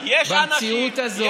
לא ביקשנו הנחות.